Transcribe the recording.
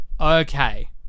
okay